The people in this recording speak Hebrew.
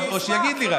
רק שיגיד לי.